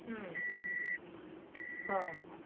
ହୁଁ ହଁ